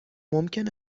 ممکن